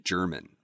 German